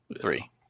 three